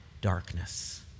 darkness